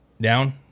Down